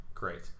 Great